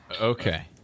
Okay